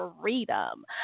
freedom